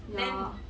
then